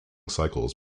cycles